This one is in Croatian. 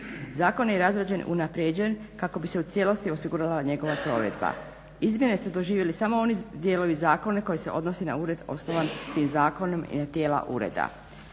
Zakon je razrađen, unaprijeđen kako bi se u cijelosti osigurala njegova provedba. Izmjene su doživjeli samo oni dijelovi zakona koji se odnosi na ured osnovan tim zakonom i na tijela ureda.